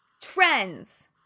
trends